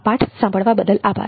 આ પાઠ સાંભળવા બદલ આભાર